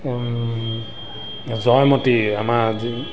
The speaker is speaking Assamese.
জয়মতী আমাৰ যি